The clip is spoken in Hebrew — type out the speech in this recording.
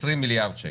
20 מיליארד שקל.